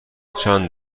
چند